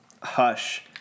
Hush